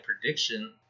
prediction